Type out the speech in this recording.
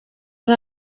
ari